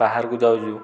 ବାହାରକୁ ଯାଉଛୁ